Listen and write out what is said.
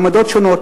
עמדות שונות,